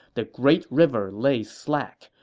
the great river lay slack,